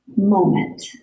moment